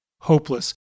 hopeless